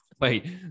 Wait